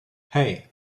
hey